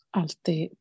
alltid